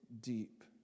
deep